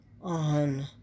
On